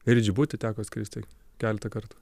ir į džibutį teko skristi keletą kartų